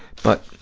but